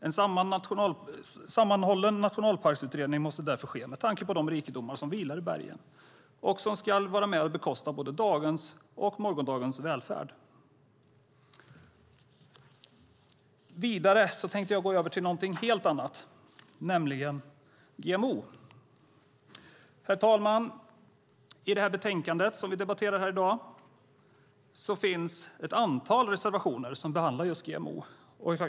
En sammanhållen nationalparksutredning måste därför ske med tanke på de rikedomar som vilar i berget och som ska vara med och bekosta både dagens och morgondagens välfärd. Vidare tänkte jag gå över till något helt annat, nämligen GMO. Herr talman! I det betänkande som vi debatterar här i dag finns ett antal reservationer som behandlar just GMO.